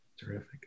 terrific